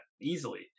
easily